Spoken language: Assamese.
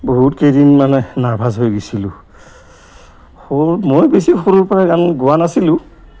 বহুত কেইদিন মানে নাৰ্ভাছ হৈ গৈছিলোঁ সৰু মই বেছি সৰুৰ পৰাই গান গোৱা নাছিলোঁ